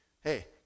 Hey